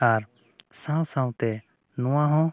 ᱟᱨ ᱥᱟᱶᱼᱥᱟᱶᱛᱮ ᱱᱚᱣᱟ ᱦᱚᱸ